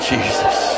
Jesus